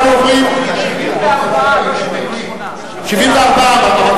אנחנו עוברים, 74 אמרתי